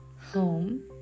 home